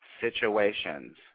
situations